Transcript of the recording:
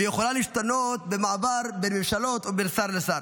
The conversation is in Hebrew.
ויכולה להשתנות במעבר בין ממשלות או בין שר לשר.